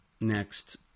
next